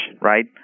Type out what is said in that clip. right